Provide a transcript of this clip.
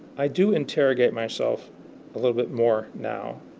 i do interrogate myself a little bit more now.